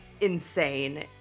insane